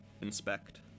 inspect